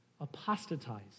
apostatize